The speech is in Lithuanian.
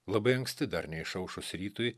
labai anksti dar neišaušus rytui